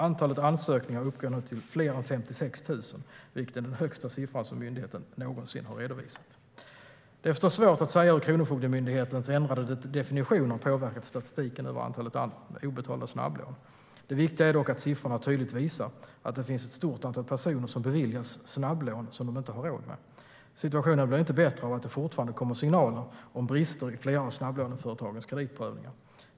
Antalet ansökningar uppgår nu till fler än 56 000, vilket är den högsta siffra som myndigheten någonsin har redovisat. Det är förstås svårt att säga hur Kronofogdemyndighetens ändrade definition har påverkat statistiken över antalet obetalda snabblån. Det viktiga är dock att siffrorna tydligt visar att det finns ett stort antal personer som beviljas snabblån som de inte har råd med. Situationen blir inte bättre av att det fortfarande kommer signaler om brister i flera av snabblåneföretagens kreditprövningar.